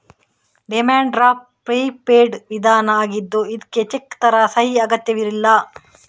demand draft prepaid ವಿಧಾನ ಆಗಿದ್ದು ಇದ್ಕೆ ಚೆಕ್ ತರ ಸಹಿ ಅಗತ್ಯವಿಲ್ಲ